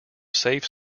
safe